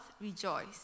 rejoice